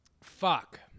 Fuck